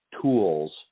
tools